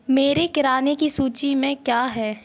मेरी किराने की सूची में क्या है